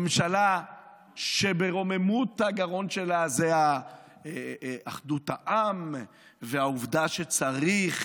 ממשלה שבגרון שלה רוממות אחדות העם והעובדה שצריך